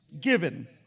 given